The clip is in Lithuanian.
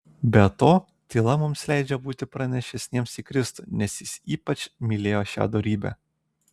be to tyla mums leidžia būti panašesniems į kristų nes jis ypač mylėjo šią dorybę